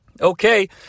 Okay